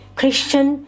Christian